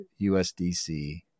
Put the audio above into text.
USDC